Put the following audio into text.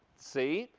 see.